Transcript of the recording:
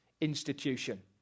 institution